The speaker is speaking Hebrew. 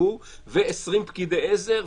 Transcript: שנדבקו ו-20 פקידי עזר.